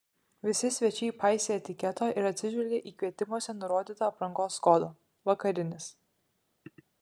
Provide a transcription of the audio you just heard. visi svečiai paisė etiketo ir atsižvelgė į kvietimuose nurodytą aprangos kodą vakarinis